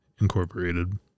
Incorporated